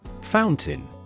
Fountain